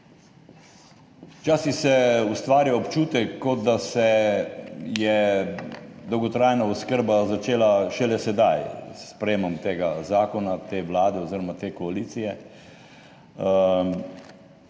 Včasih se ustvarja občutek, kot da se je dolgotrajna oskrba začela šele sedaj s sprejemom tega zakona te vlade oziroma te koalicije,